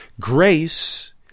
Grace